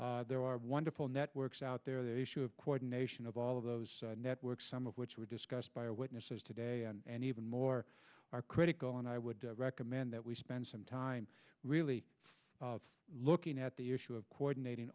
money there are wonderful networks out there the issue of coordination of all of those networks some of which were discussed by our witnesses today and even more are critical and i would recommend that we spend some time really looking at the issue of coordinating